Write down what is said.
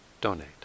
donate